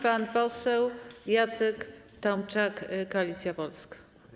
Pan poseł Jacek Tomczak, Koalicja Polska.